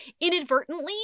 inadvertently